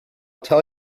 tell